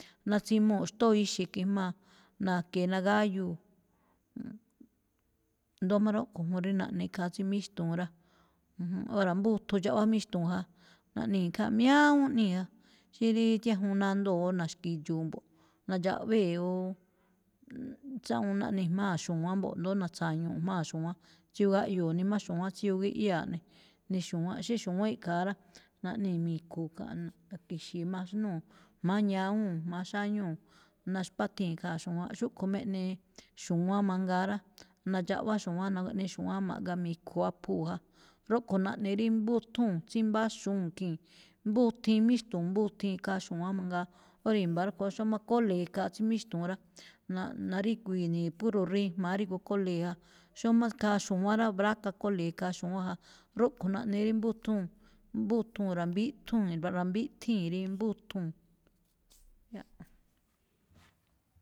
Natsimuu̱ xtóo ixe̱, ki̱jmaa̱, na̱ke̱e̱, nagáyuu̱. ndo̱ó máꞌ rúꞌkho̱ juun rí naꞌne khaa tsí míxtu̱u̱n, junjúnꞌ. Óra̱ mbúuthun dxaꞌwá míxtu̱u̱n ja, naꞌnii̱ khá miáááú ꞌnii̱ ja, xí rí diéjuun nandoo̱ o na̱xki̱dxu̱u̱ mbo̱ꞌ, nadxaꞌvée o tsáa juun naꞌne jmáa̱ xu̱wa̱ánꞌ mbo̱ꞌ, ndo̱ó na̱tsa̱ñu̱u̱ꞌ jmáa̱ xu̱wa̱án, tsíyoo̱ gáꞌyoo̱ ni má xu̱wa̱án tsíyoo gíꞌyáa ꞌne, ni xu̱wánꞌ. Xí xu̱wa̱ánꞌ iꞌkha̱a rá, naꞌnii̱ mi̱khu̱u̱ khaa̱, na̱ki̱xi̱i̱ maxnúu̱ jma̱á ñawúu̱n jma̱á xáñúu̱, naxpáthii̱n khaa̱ xu̱wa̱ánꞌ, xúꞌkho̱ máꞌ eꞌne xu̱wa̱án mangaa rá, nandxaꞌwá xu̱wa̱án, nagaꞌne xu̱wa̱án ma̱ꞌga mi̱khu̱ aphuu̱ ja, rúꞌkho̱ naꞌne rí mbúthúu̱n, tsímbáxúu̱n khii̱n. Mbúthiin míxtu̱u̱n, mbúthiin khaa xu̱wa̱án mangaa. Óra̱, i̱mba̱ rúꞌkho̱ á, xómá kóle̱e khaa tsí míxtu̱u̱n rá, na̱-naríguii̱ ni̱i̱, púro̱ ri̱jma̱á rígu kólee̱ jaa̱. Xómá khaa xu̱wá̱n rá, bráka kóle̱e khaa xu̱wa̱án ja. Rúꞌkho̱ naꞌne rí mbúthuu̱n, mbúthuu̱n, ra̱bíꞌthúu̱n, ra̱mbíꞌthíi̱n rí mbúuthuu̱n.